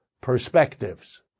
perspectives